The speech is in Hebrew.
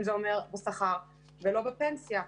אם זה אומר בשכר ולא בפנסיה.